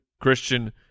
Christian